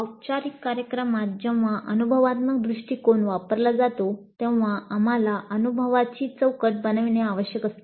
औपचारिक कार्यक्रमात जेव्हा अनुभवात्मक दृष्टीकोन वापरला जातो तेव्हा आम्हाला अनुभवाची चौकट बनविणे आवश्यक असते